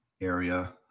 Area